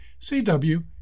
CW